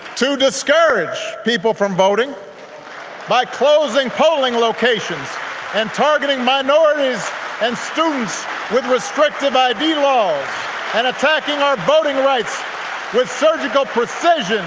to discourage people from voting by closing polling locations and targeting minorities and students with restrictive i d. laws and attacking our voting rights with surgical precision,